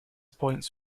points